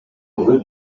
rue